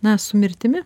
na su mirtimi